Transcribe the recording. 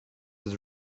his